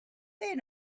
they